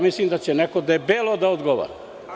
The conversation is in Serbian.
Mislim da će neko debelo da odgovara.